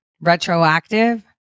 retroactive